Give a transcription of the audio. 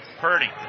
Purdy